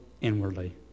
inwardly